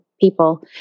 people